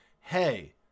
hey